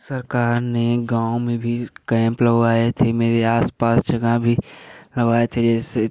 सरकार ने गाँव में भी कैंप लगवाए थे मेरे आस पास जगह भी लगवाए थे जैसे